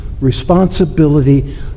responsibility